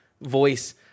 voice